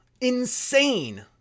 Insane